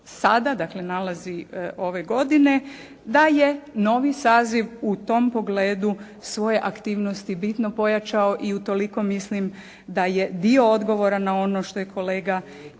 dakle nalazi ove godine da je novi saziv u tom pogledu svoje aktivnosti bitno pojačao i utoliko mislim da je dio odgovora na ono što je kolega